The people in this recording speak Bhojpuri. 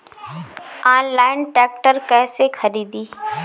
आनलाइन ट्रैक्टर कैसे खरदी?